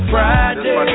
Friday